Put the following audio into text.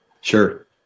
Sure